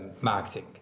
marketing